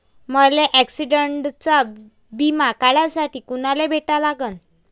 मले ॲक्सिडंटचा बिमा काढासाठी कुनाले भेटा लागन?